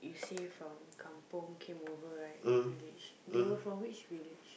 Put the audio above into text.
you say from kampung came over right village they were from which village